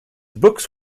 books